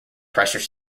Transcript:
pressure